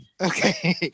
Okay